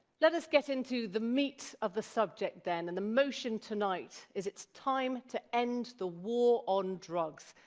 let us get into the meat of the subject, then. and the motion tonight is, it's time to end the war on drugs.